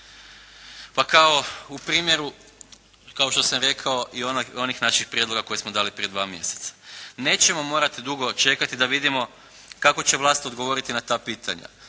Pa kao u primjeru, kao što sam rekao i onih naših prijedloga koje smo dali prije 2 mjeseca, nećemo morati dugo čekati da vidimo kako će vlast odgovoriti na ta pitanja